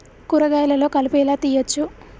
కూరగాయలలో కలుపు ఎలా తీయచ్చు?